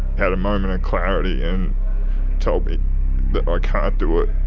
had a moment of clarity and told me that i can't do it.